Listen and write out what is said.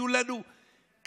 תנו לנו קצת,